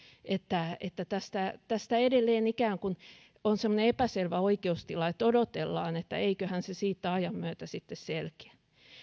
että että tässä edelleen on ikään kuin semmoinen epäselvä oikeustila että odotellaan että eiköhän se siitä ajan myötä sitten selkiä